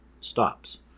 stops